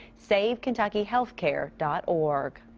save ky and ky healthcare dot-org.